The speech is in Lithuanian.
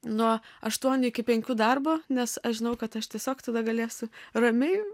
nuo aštuonių iki penkių darbo nes aš žinau kad aš tiesiog tada galėsiu ramiai